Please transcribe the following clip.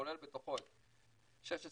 כולל בתוכו את 16',